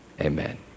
amen